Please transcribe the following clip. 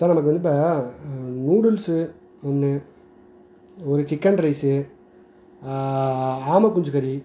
sir எனக்கு வந்து இப்போ நூடுல்ஸ்ஸு ஒன்று ஒரு சிக்கன் ரைஸு ஆமைக்குஞ்சி கறி